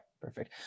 perfect